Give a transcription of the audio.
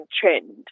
trend